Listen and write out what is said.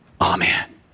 Amen